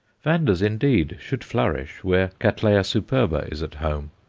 vandas, indeed, should flourish where cattleya superba is at home,